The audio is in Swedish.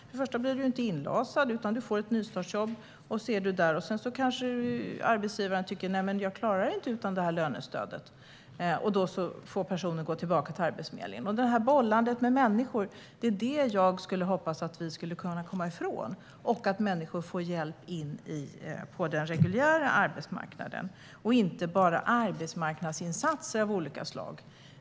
Först blir de inte inlasade, utan de får ett nystartsjobb, och när arbetsgivaren sedan inte klarar att ha dem kvar utan lönestöd får de gå tillbaka till Arbetsförmedlingen. Detta bollande med människor hoppas jag att vi ska kunna komma ifrån, så att människor ska få hjälp in på den reguljära arbetsmarknaden och inte bara arbetsmarknadsinsatser av olika slag.